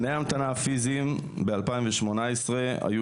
תנאי ההמתנה הפיסיים ב- 2018 היו